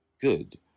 good